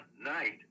night